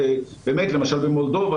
למשל במולדובה,